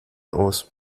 aus